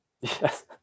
Yes